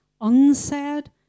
unsaid